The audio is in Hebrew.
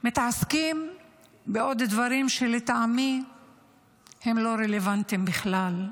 מתעסקים בעוד דברים שלטעמי הם לא רלוונטיים בכלל.